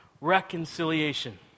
reconciliation